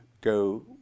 go